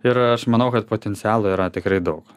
ir aš manau kad potencialo yra tikrai daug